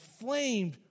inflamed